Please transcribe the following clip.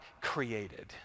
created